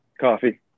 coffee